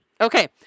Okay